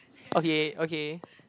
okay okay